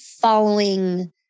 following